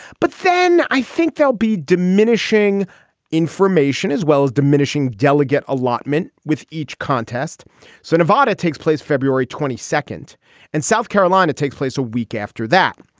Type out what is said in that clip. but then i think they'll be diminishing information as well as diminishing delegate allotment with each contest so nevada takes place february twenty second and south carolina take place a week after that.